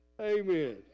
Amen